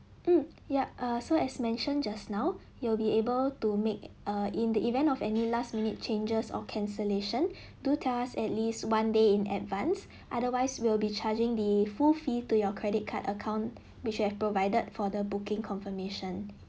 mm yup err so as mentioned just now you'll be able to make err in the event of any last minute changes or cancellation do tell us at least one day in advance otherwise we'll be charging the full fee to your credit card account which you have provided for the booking confirmation